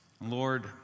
Lord